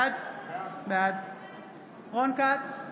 בעד רון כץ,